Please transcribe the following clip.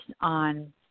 on